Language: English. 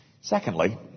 Secondly